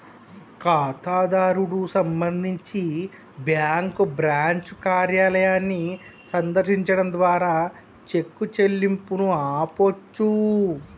ఖాతాదారుడు సంబంధించి bank branch కార్యాలయాన్ని సందర్శించడం ద్వారా చెక్ చెల్లింపును ఆపొచ్చు